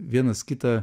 vienas kitą